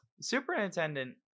superintendent